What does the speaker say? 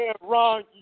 wrong